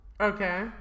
Okay